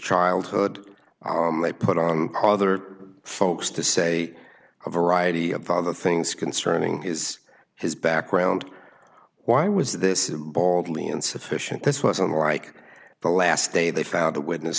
childhood they put on other folks to say a variety of other things concerning his his background why was this baldly insufficient this was unlike the last day they found the witness